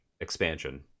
expansion